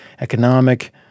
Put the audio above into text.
economic